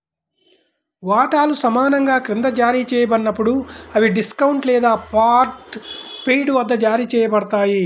వాటాలు సమానంగా క్రింద జారీ చేయబడినప్పుడు, అవి డిస్కౌంట్ లేదా పార్ట్ పెయిడ్ వద్ద జారీ చేయబడతాయి